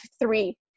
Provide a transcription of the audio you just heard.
three